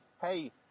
hey